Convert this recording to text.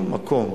מקום